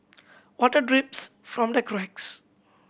water drips from the cracks